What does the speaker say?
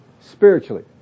spiritually